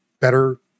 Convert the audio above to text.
better